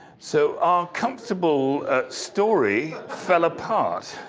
so our comfortable story fell apart.